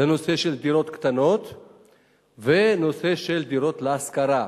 לנושא של דירות קטנות ונושא של דירות להשכרה.